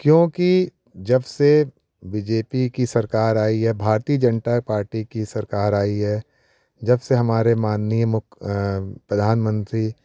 क्योंकि जब से बी जे पी की सरकार आई है भारतीय जनता पार्टी की सरकार आई है जब से हमारे माननीय मुख्य प्रधानमंत्री जी